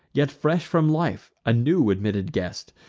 yet fresh from life, a new-admitted guest,